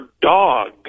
dog